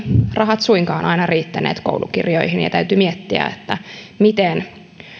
rahat suinkaan aina riittäneet koulukirjoihin ja täytyi miettiä miten